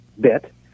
bit